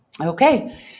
Okay